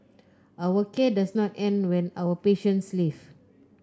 our care does not end when our patients leave